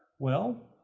well,